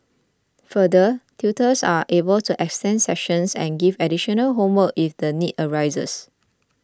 further tutors are able to extend sessions and give additional homework if the need arises